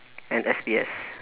an S P S